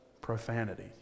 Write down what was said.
profanity